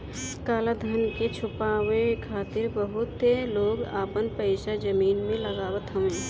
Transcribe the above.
काला धन के छुपावे खातिर बहुते लोग आपन पईसा जमीन में लगावत हवे